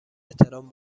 احترام